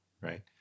right